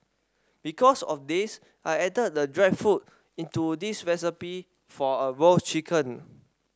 because of this I added the dried fruit into this recipe for a roast chicken